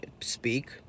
speak